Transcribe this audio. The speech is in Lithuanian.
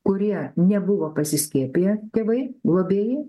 kurie nebuvo pasiskiepiję tėvai globėjai